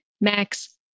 Max